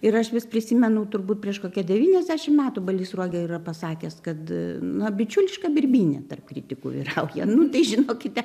ir aš vis prisimenu turbūt prieš kokią devyniasdešim metų balys sruoga yra pasakęs kad na bičiuliška birbynė tarp kritikų vyrauja nu tai žinokite